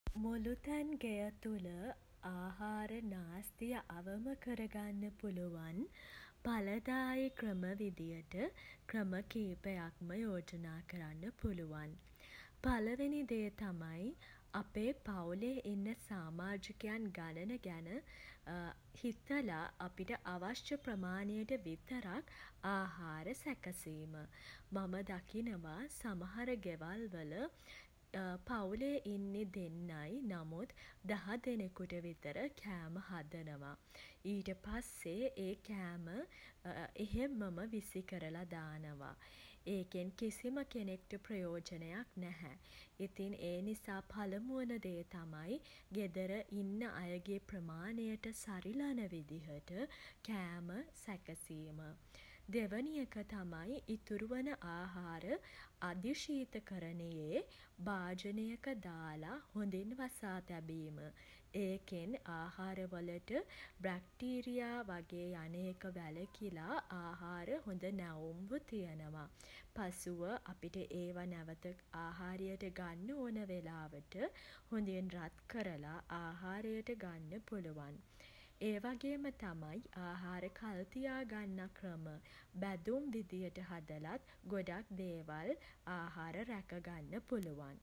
මුළුතැන්ගෙය තුළ ආහාර නාස්තිය අවම කරගන්න පුළුවන් ඵලදායී ක්‍රම විදියට ක්‍රම කීපයක්ම යෝජනා කරන්න පුළුවන්. පළවෙනි දේ තමයි අපේ පවුලේ ඉන්න සාමාජිකයන් ගණන ගැන හිතල අපිට අවශ්‍ය ප්‍රමාණයට විතරක් ආහාර සැකසීම. මම දකිනවා සමහර ගෙවල් වල පවුලේ ඉන්නේ දෙන්නයි. නමුත් දහ දෙනෙකුට විතර කෑම හදනවා. ඊට පස්සේ ඒ කෑම එහෙම්මම විසි කරලා දානවා. ඒකෙන් කිසිම කෙනෙක්ට ප්‍රයෝජනයක් නෑ. ඉතින් ඒ නිසා පළමුවන දේ තමයි ගෙදර ඉන්න අයගේ ප්‍රමාණයට සරිලන විදිහට කෑම සැකසීම. දෙවැනි එක තමයි ඉතුරු වන ආහාර අධි ශීතකරණයේ භාජනයක දාලා හොඳින් වසා තැබීම. ඒකෙන් ආහාරවලට බැක්ටීරියා වගේ යන එක වැළකිලා ආහාර හොඳ නැවුම්ව තියනවා. පසුව අපිට ඒවා නැවත ආහාරයට ගන්න ඕන වෙලාවට හොඳින් රත් කරලා ආහාරයට ගන්න පුළුවන්. ඒ වගේම තමයි ආහාර කල් තබා ගන්නා ක්‍රම බැඳුම් විදියට හදලත් ගොඩක් දෙවල් ආහාර රැකගන්න පුළුවන්.